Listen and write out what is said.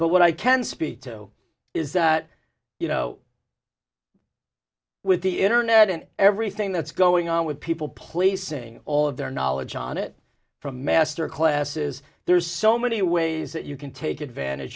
but what i can speak to is that you know with the internet and everything that's going on with people placing all of their knowledge on it from master classes there's so many ways that you can take advantage